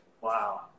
Wow